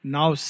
Now